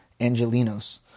angelinos